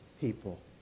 people